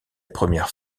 première